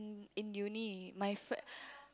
in Uni my fr~